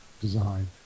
design